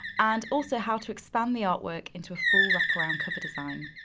and also how to expand the artwork into a full wraparound cover design.